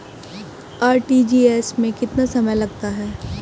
RTGS में कितना समय लगता है?